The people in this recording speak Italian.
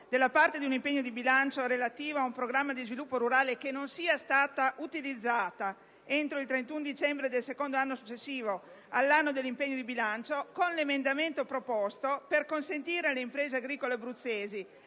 della parte dell'impegno di bilancio relativo a un programma di sviluppo rurale che non sia stata utilizzata entro il 31 dicembre del secondo anno successivo all'anno dell'impegno di bilancio, con l'emendamento proposto, per consentire alle imprese agricole abruzzesi